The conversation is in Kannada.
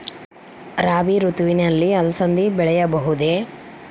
ರಾಭಿ ಋತುವಿನಲ್ಲಿ ಅಲಸಂದಿ ಬೆಳೆಯಬಹುದೆ?